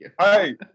Hey